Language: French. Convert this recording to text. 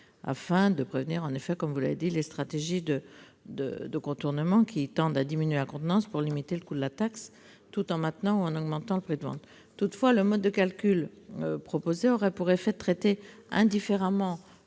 afin de prévenir les stratégies de contournement qui tendent à diminuer la contenance pour limiter le coût de la taxe, tout en maintenant ou en augmentant le prix. Toutefois, ce mode de calcul aurait pour effet de traiter indifféremment,